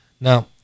Now